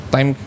Time